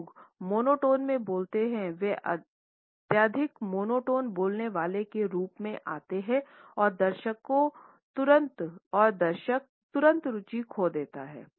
जो लोग मोनोटोन में बोलते हैं वे अत्यधिक मोनोटोन बोलने वाले के रूप में आते हैं और दर्शकों तुरंत रुचि खो देता हैं